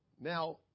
Now